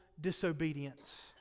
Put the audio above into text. disobedience